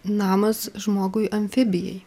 namas žmogui amfibijai